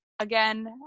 Again